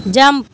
jump